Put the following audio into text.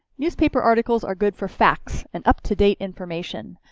newspaper articles are good for facts and up-to-date information.